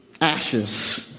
ashes